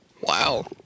Wow